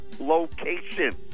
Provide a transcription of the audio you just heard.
location